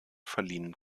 verliehen